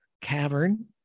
cavern